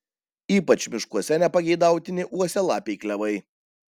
ypač miškuose nepageidautini uosialapiai klevai